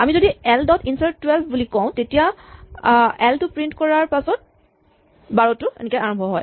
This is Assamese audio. আমি যদি এল ডট ইনচাৰ্ট ১২ বুলি কওঁ আৰু এল টো প্ৰিন্ট কৰাৰ পাছত ১২ টো আৰম্ভ হয়